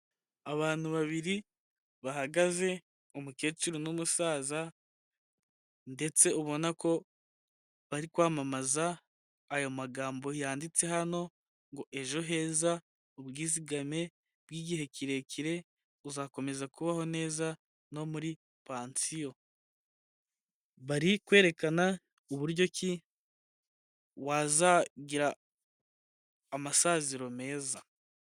Abantu babiri bahagaze umukecuru n'umusaza ndetse ubona ko bari kwamamaza ayo magambo yanditse hano ngo ejo heza ubwizigame bw'igihe kirekire buzakomeza kubaho neza no muri pansiyo, bari kwerekana uburyo ki wazagira amasaziro meza.